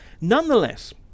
Nonetheless